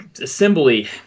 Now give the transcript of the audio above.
assembly